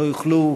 לא יכולים